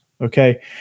okay